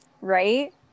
right